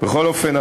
בכל אופן,